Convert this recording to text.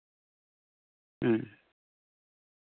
ᱦᱮᱸ